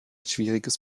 schwieriges